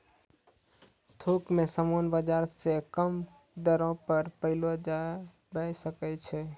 थोक मे समान बाजार से कम दरो पर पयलो जावै सकै छै